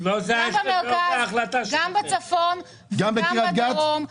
בצפון ובדרום.